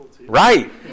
Right